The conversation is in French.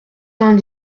vingt